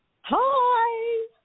Hi